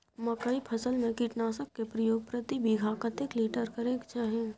मकई फसल में कीटनासक के प्रयोग प्रति बीघा कतेक लीटर करय के चाही?